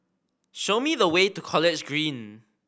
show me the way to College Green